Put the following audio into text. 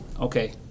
okay